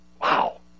Wow